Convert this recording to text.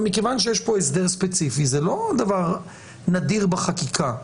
מכיוון שיש פה הסדר ספציפי זה לא דבר נדיר בחקיקה.